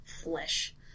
flesh